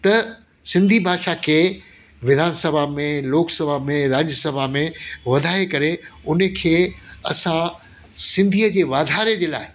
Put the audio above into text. त सिंधी भाषा खे विधानसभा में लोकसभा में राज्यसभा में वधाए करे हुन खे असां सिंधीअ जे वाधारे जे लाइ